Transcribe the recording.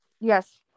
Yes